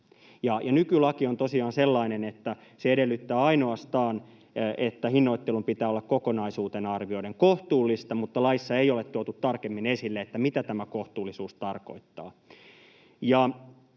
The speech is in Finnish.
Nykylaki on tosiaan sellainen, että se edellyttää ainoastaan, että hinnoittelun pitää olla kokonaisuutena arvioiden kohtuullista, mutta laissa ei ole tuotu tarkemmin esille, mitä tämä kohtuullisuus tarkoittaa.